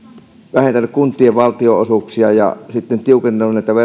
vähentänyt kuntien valtionosuuksia ja sitten tiukentanut